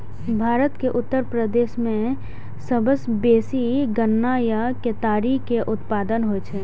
भारत के उत्तर प्रदेश मे सबसं बेसी गन्ना या केतारी के उत्पादन होइ छै